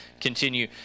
continue